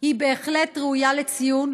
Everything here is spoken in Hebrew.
הוא בהחלט ראוי לציון.